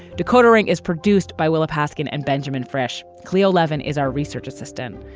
decoder ring is produced by willa paskin and benjamin fresh. cleo levin is our research assistant.